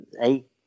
eight